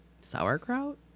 Sauerkraut